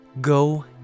Go